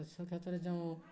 ଶସ୍ୟ କ୍ଷେତରେ ଯେଉଁ